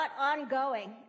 ongoing